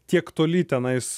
tiek toli tenais